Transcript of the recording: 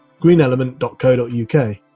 greenelement.co.uk